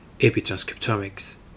epitranscriptomics